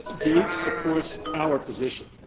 gates supports our position,